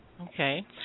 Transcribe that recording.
Okay